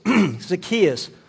Zacchaeus